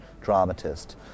dramatist